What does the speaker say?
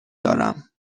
دارم